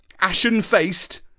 ashen-faced